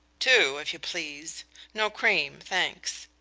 two, if you please no cream thanks.